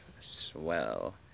swell